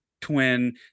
twin